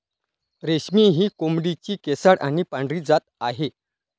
रेशमी ही कोंबडीची केसाळ आणि पांढरी जात आहे